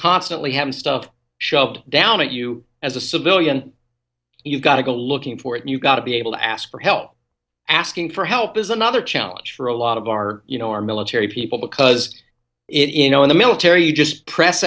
constantly having stuff shoved down at you as a civilian you've got to go looking for it and you've got to be able to ask for help asking for help is another challenge for a lot of our you know our military people because it inno in the military just press